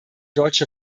deutsche